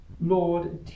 Lord